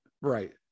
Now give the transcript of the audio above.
Right